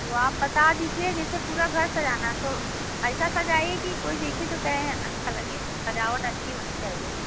तो आप बता दीजिए जैसे पूरा घर सजाना तो ऐसा सजाइए कि कोई देखे तो कहे अच्छा लगे सज़ावट अच्छी होनी चाहिए